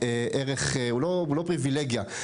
ערך, הוא לא פריבילגיה.